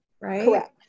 right